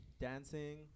dancing